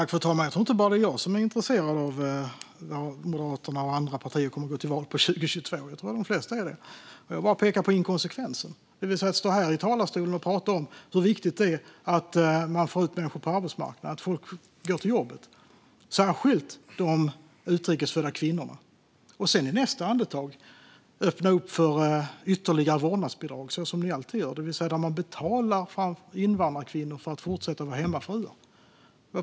Fru talman! Det är nog inte bara jag som är intresserad av vilka frågor Moderaterna och andra partier kommer att gå till val på 2022. Det tror jag att de flesta är. Jag pekar bara på inkonsekvensen i att stå här i talarstolen och tala om hur viktigt det är att få ut människor på arbetsmarknaden och att folk går till jobbet, särskilt de utrikes födda kvinnorna, och i nästa andetag öppna för ytterligare vårdnadsbidrag, så som man alltid gör. Det innebär att invandrarkvinnor får betalt för att fortsätta vara hemmafruar.